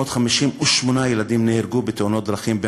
358 ילדים נהרגו בתאונות דרכים רק